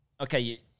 okay